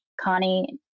Connie